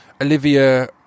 Olivia